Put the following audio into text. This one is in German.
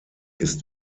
ist